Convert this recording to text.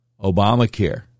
Obamacare